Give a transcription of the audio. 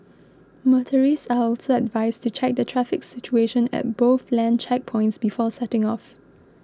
motorists are also advised to check the traffic situation at both land checkpoints before setting off